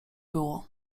było